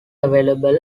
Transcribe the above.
available